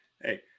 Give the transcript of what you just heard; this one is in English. Hey